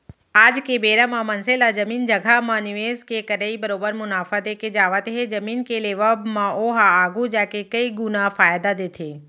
आज के बेरा म मनसे ला जमीन जघा म निवेस के करई बरोबर मुनाफा देके जावत हे जमीन के लेवब म ओहा आघु जाके कई गुना फायदा देथे